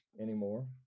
anymore